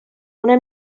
una